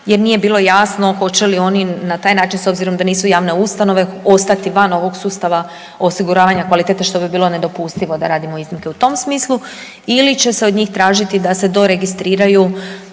jer nije bilo jasno hoće li oni na taj način s obzirom da nisu javne ustanove ostati van ovog sustava osiguravanja kvalitete što bi bilo nedopustivo da radimo iznimke u tom smislu ili će se od njih tražiti da se do registriraju